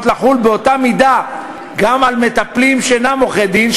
לחול באותה מידה גם על מטפלים שאינם עורכי-דין,